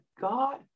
God